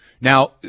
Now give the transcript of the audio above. Now